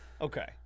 Okay